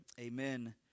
amen